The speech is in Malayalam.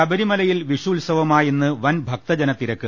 ശബരിമലയിൽ വിഷു ഉത്സവമായ ഇന്ന് വൻ ഭക്തജനത്തിരക്ക്